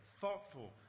thoughtful